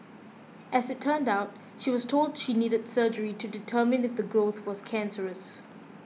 as it turned out she was told she needed surgery to determine if the growth was cancerous